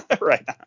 right